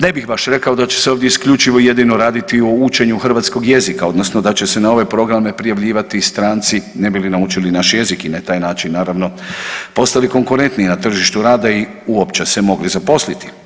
Ne bih baš rekao da će se ovdje isključivo i jedino raditi o učenju hrvatskog jezika odnosno da će se na ove programe prijavljivati i stranci ne bi li naučili naš jezik i na taj način naravno postali konkurentniji na tržištu rada i uopće se mogli zaposliti.